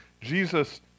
Jesus